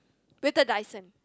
better Dyson